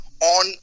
on